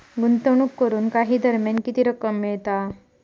गुंतवणूक करून काही दरम्यान किती रक्कम मिळता?